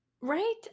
Right